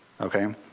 okay